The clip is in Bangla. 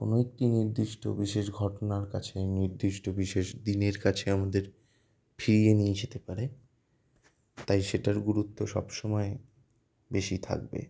কোনো একটি নির্দিষ্ট বিশেষ ঘটনার কাছে নির্দিষ্ট বিশেষ দিনের কাছে আমাদের ফিরিয়ে নিয়ে যেতে পারে তাই সেটার গুরুত্ব সব সময় বেশি থাকবে